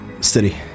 City